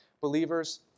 Believers